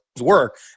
work